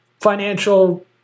financial